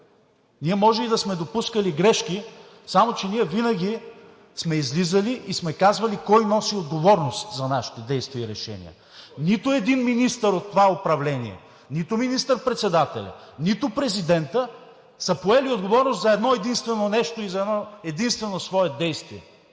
Ние може и да сме допускали грешки, само че винаги сме излизали и сме казвали кой носи отговорност за нашите действия и решения! Нито един министър от това управление, нито министър-председателят, нито президентът са поели отговорност за едно-единствено нещо и за едно-единствено свое действие.